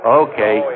okay